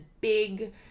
big